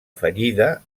fallida